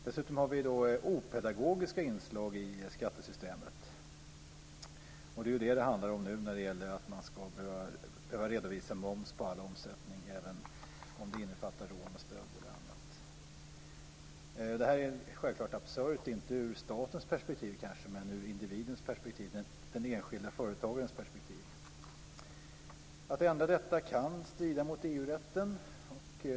Dessutom har vi opedagogiska inslag i skattesystemet, och det är ju detta det handlar om nu när det gäller att man ska behöva redovisa moms på all omsättning, även om det innefattar rån, stöld eller annat. Detta är självfallet absurt, inte ur statens perspektiv kanske men ur individens, den enskilda företagarens, perspektiv. Att ändra detta kan strida mot EU-rätten.